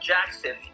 Jackson